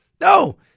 No